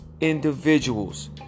...individuals